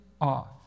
off